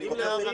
אני רוצה,